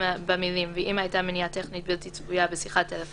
המילים "ואם יש מניעה טכנית בלתי צפויה לקיימו בדרך זו והעצור